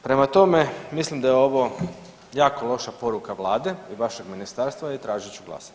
Prema tome, mislim da je ovo jako loša poruka vlade i vašeg ministarstva i tražit ću glasanje.